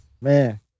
Man